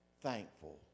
thankful